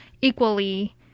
equally